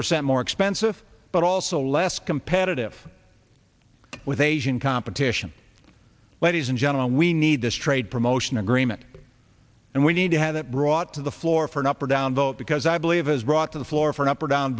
percent more expensive but also less competitive with asian competition ladies and gentlemen we need this trade promotion agreement and we need to have it brought to the floor for an up or down vote because i believe has brought to the floor for an up or down